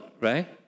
Right